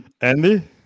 Andy